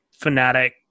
fanatic